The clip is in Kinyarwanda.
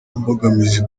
mbogamizi